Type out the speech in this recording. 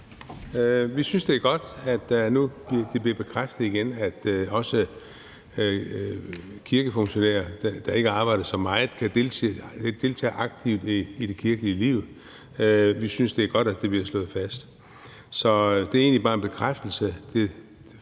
Vi synes, det er godt, at det nu igen bliver bekræftet, at også kirkefunktionærer, der ikke arbejder så meget, kan deltage aktivt i det kirkelige liv. Vi synes, det er godt, at det bliver slået fast. Så det er egentlig bare en bekræftelse